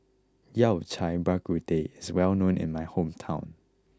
Yao Cai Bak Kut Teh is well known in my hometown